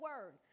word